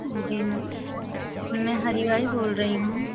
जी ma'am मैं हरि बाई बोल रही हूँ